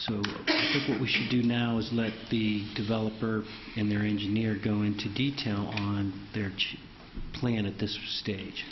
what we should do now is let the developer in their engineer go into detail on their plan at this stage